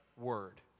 word